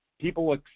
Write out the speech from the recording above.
people